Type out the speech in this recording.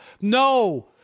No